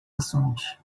ações